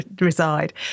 reside